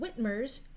Whitmers